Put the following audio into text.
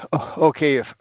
Okay